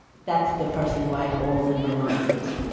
that's the person who i hold in my mind as